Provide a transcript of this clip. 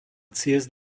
ciest